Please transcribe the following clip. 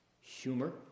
humor